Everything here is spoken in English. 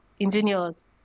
engineers